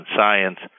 science